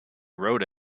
wrote